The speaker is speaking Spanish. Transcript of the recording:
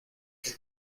que